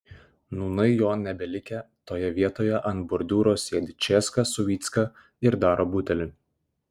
nūnai jo nebelikę toje vietoje ant bordiūro sėdi česka su vycka ir daro butelį